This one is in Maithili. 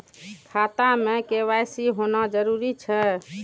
खाता में के.वाई.सी होना जरूरी छै?